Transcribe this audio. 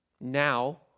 now